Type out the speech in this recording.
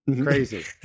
Crazy